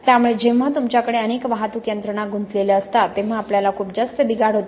त्यामुळे जेव्हा तुमच्याकडे अनेक वाहतूक यंत्रणा गुंतलेल्या असतात तेव्हा आपल्याला खूप जास्त बिघाड होतो